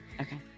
Okay